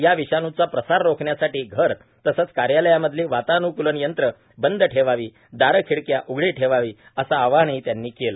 या विषाणुचा प्रसार रोखण्यासाठी घरं तसंच कार्यालयांमधली वातानुकूलन यंत्र बंद ठेवावी दारं खिडक्या उघडी ठेवावी आवाहनही त्यांनी केलं